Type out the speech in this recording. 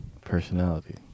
personality